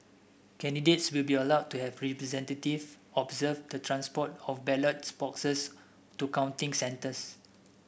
candidates will be allowed to have a representative observe the transport of ballots boxes to counting centres